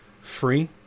free